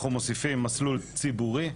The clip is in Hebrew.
אנחנו מוסיפים מסלול ציבורי.